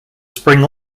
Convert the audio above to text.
spring